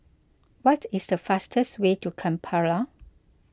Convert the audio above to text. what is the fastest way to Kampala